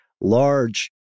large